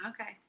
Okay